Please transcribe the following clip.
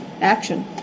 action